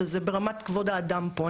וזה ברמת כבוד האדם פה.